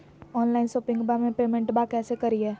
Online शोपिंगबा में पेमेंटबा कैसे करिए?